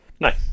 nice